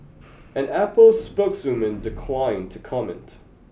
an Apple spokeswoman declined to comment